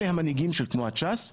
אלה המנהיגים של תנועת ש"ס,